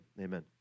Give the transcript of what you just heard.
amen